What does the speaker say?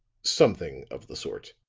something of the sort.